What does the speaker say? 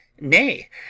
nay